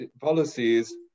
policies